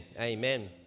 Amen